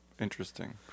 Interesting